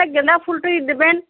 এক গাঁদা ফুলটাই দেবেন